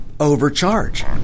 overcharge